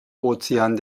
ozean